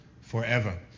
forever